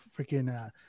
freaking